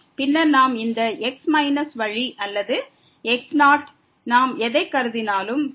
பின்னர் நாம் இந்த x மைனஸ் ஏதேனும் ஒரு வழி அல்லது x0 நாம் எதைக் கருதினாலும் கிடைக்கும்